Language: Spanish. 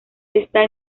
está